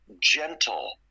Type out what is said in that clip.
gentle